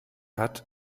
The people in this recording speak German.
hat